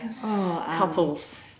couples